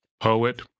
poet